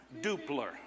Dupler